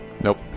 Nope